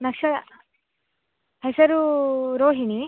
ನಶ ಹೆಸರು ರೋಹಿಣಿ